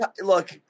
look